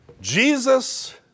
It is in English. Jesus